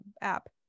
app